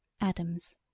adams